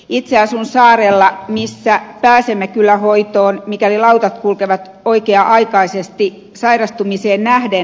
itse asun saarella missä pääsemme kyllä hoitoon mikäli lautat kulkevat oikea aikaisesti sairastumiseen nähden